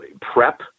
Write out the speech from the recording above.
prep